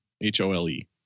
H-O-L-E